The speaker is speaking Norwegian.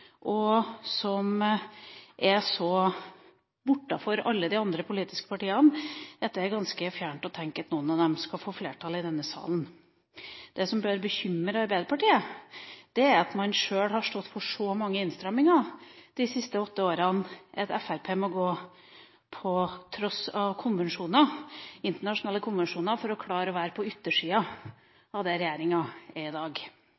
og som er så bortafor alle de andre politiske partiene, at det er ganske fjernt å tenke seg at noen av dem skal få flertall i denne salen. Det som bør bekymre Arbeiderpartiet, er at man sjøl har stått for så mange innstramminger de siste åtte åra at Fremskrittspartiet må trosse internasjonale konvensjoner for å klare å være på yttersida av regjeringa i dag.